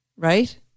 Right